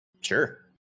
sure